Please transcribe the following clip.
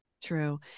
True